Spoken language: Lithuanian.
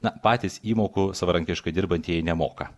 na patys įmokų savarankiškai dirbantieji nemoka